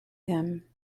him